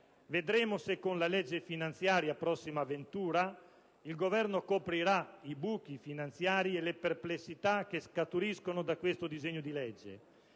Vedremo se con la legge di stabilità prossima ventura il Governo coprirà i buchi finanziari e le perplessità che scaturiscono da questo disegno di legge.